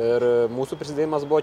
ir mūsų prisidėjimas buvo